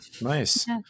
nice